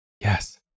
Yes